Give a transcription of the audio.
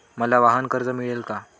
मला वाहनकर्ज मिळेल का?